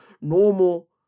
normal